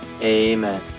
Amen